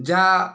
ଯାହା